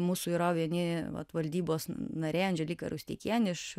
mūsų yra vieni vat valdybos narė andželika rusteikienė iš